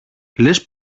λες